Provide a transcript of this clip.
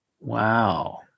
Wow